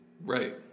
right